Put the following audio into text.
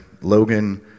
Logan